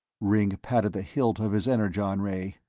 ringg patted the hilt of his energon-ray.